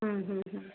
हम्म हम्म